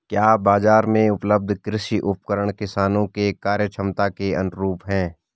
क्या बाजार में उपलब्ध कृषि उपकरण किसानों के क्रयक्षमता के अनुरूप हैं?